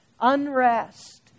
unrest